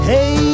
Hey